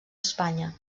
espanya